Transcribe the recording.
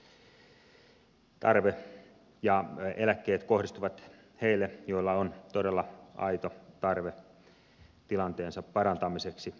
tarve ja eläkkeet kohdistuvat heille joilla on todella aito tarve tilanteensa parantamiseksi